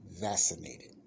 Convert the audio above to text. vaccinated